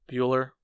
Bueller